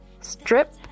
strip